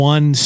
One